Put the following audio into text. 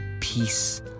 peace